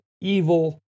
evil